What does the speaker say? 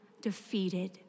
defeated